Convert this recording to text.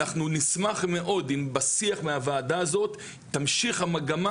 אנחנו נשמח מאוד אם בשיח מהוועדה הזאת תמשיך המגמה